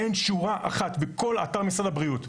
אין שורה אחת בכל אתר משרד הבריאות,